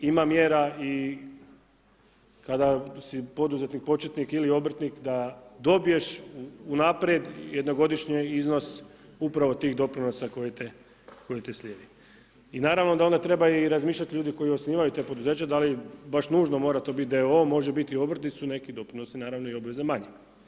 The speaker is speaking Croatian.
Ima mjera i kada si poduzetnik početnik ili obrtnik da dobiješ unaprijed jednogodišnji iznos upravo tih doprinosa koji te slijedi i naravno da onda treba razmišljati ljudi koji osnivaju ta poduzeća da li baš nužno mora to biti d.o.o. može biti i obrt gdje su neki doprinosi, naravno i obveza manji.